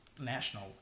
national